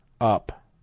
up